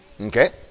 Okay